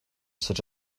such